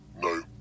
No